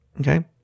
okay